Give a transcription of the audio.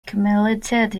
accumulated